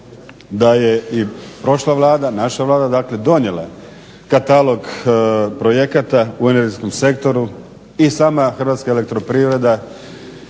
da je i prošla Vlada, naša Vlada dakle donijela katalog projekata u energetskom sektoru i sama Hrvatska elektroprivreda